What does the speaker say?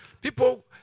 People